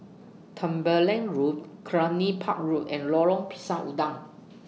Tembeling Road Cluny Park Road and Lorong Pisang Udang